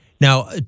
now